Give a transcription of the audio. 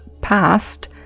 past